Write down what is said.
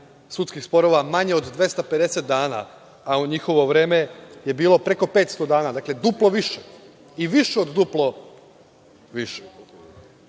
sudskih sporova manje od 250 dana, a u njihovo vreme je bilo preko 500 dana. Dakle, duplo više i više od duplo